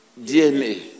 DNA